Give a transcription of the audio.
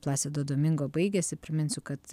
plasido domingo baigėsi priminsiu kad